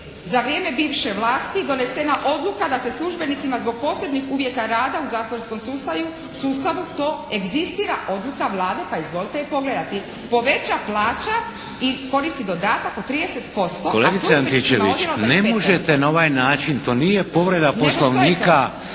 za vrijeme bivše vlasti donesena odluka da se službenicima zbog posebnih uvjeta rada u zatvorskom sustavu to egzistira odluka Vlade, pa izvolite je pogledati. Poveća plaća i koristi dodatak od 30%, a službenicima odjela 25%.